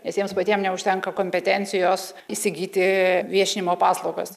nes jiems patiem neužtenka kompetencijos įsigyti viešinimo paslaugas